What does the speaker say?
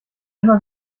immer